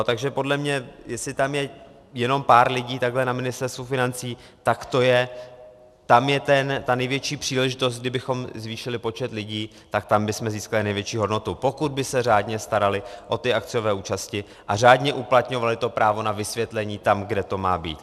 Takže podle mě, jestli tam je jenom pár lidí takhle na Ministerstvu financí, tak tam je ta největší příležitost, kdybychom zvýšili počet lidí, tak tam bychom získali největší hodnotu, pokud by se řádně starali o akciové účasti a řádně uplatňovali to právo na vysvětlení tam, kde to má být.